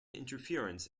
interference